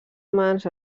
mans